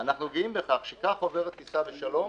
אנחנו גאים בכך שככה עוברת טיסה בשלום